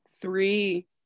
three